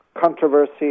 controversy